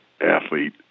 athlete